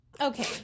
Okay